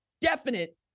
definite